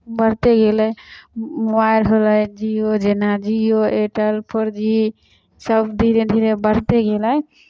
बढ़िते गेलै मोबाइल होलै जिओ जेना जिओ एयरटेल फोर जी सब धीरे धीरे बढ़िते गेलै